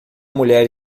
mulher